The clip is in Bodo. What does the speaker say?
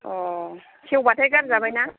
अ सेवबाथाय गारजाबाय ना